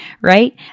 right